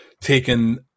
taken